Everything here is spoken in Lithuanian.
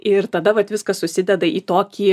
ir tada vat viskas susideda į tokį